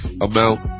amount